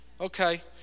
Okay